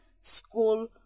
school